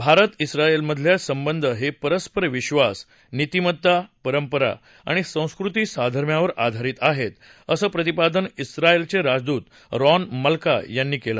भारत ईस्रायलमधले संबध हे परस्परविबास नितीमत्ता परंपरा आणि संस्कृती साधर्म्यावर आधारित आहेत असं प्रतिपादन ईस्रायलघे राजदूत रॉन मल्का यांनी केलं